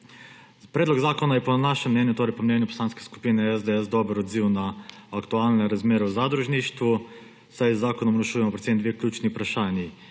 Predlog zakona je po našem mnenju, torej po mnenju Poslanske skupine SDS, dober odziv na aktualne razmere v zadružništvu, saj z zakonom rešujemo predvsem dve ključni vprašanji.